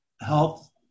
health